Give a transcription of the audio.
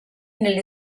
nelle